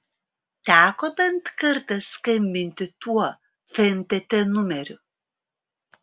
teko bent kartą skambinti tuo fntt numeriu